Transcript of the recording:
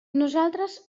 nosaltres